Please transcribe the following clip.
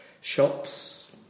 shops